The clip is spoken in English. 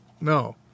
No